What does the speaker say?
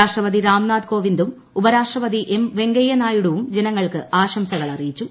രാഷ്ട്രപതി രാംനാഥ് കോവിന്ദും ഉപരാഷ്ട്രപതി എം വെങ്കയ്യനായിഡുവും ജനങ്ങൾക്ക് ആശംസകളറിയിച്ചു